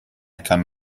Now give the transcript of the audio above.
come